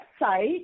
website